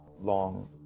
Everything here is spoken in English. long